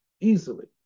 easily